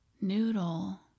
Noodle